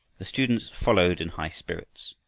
the students followed in high spirits.